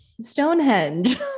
stonehenge